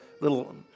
little